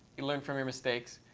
you learn from your mistakes.